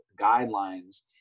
guidelines